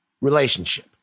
relationship